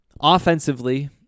Offensively